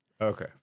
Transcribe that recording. Okay